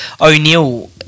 O'Neill